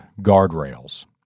guardrails